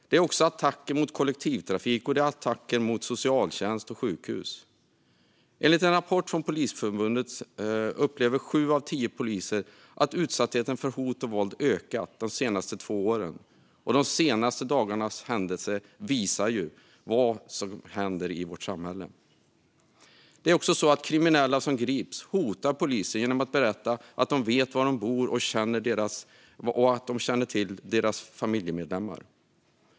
Det sker också attacker mot kollektivtrafik och mot socialtjänst och sjukhus. Enligt en rapport från Polisförbundet upplever sju av tio poliser att utsattheten för hot och våld ökat de senaste två åren. De senaste dagarnas händelser visar vad som pågår i vårt samhälle. Kriminella som grips hotar också poliser genom att berätta att de vet var de bor och känner till deras familjemedlemmar.